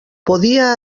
podia